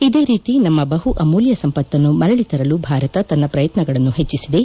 ಇದೇ ರೀತಿ ನಮ್ಮ ಬಹು ಅಮೂಲ್ತ ಸಂಪತ್ತನ್ನು ಮರಳಿ ತರಲು ಭಾರತ ತನ್ನ ಪ್ರಯತ್ನಗಳನ್ನು ಹೆಚ್ಚಿಸಿದೆ